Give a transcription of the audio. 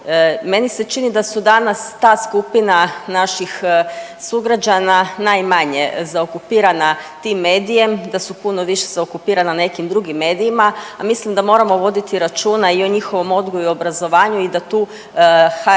Meni se čini da su danas ta skupina naših sugrađana najmanje zaokupirana tim medijem, da su puno više zaokupirana nekim drugim medijima, a mislim da moramo voditi računa i o njihovom odgoju i obrazovanju i da tu HRT